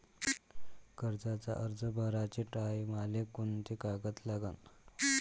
कर्जाचा अर्ज भराचे टायमाले कोंते कागद लागन?